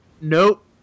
Nope